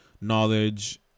knowledge